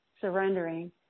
surrendering